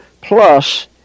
plus